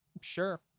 sure